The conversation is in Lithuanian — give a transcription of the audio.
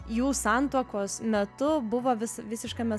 jų santuokos metu buvo vis visiškame